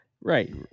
Right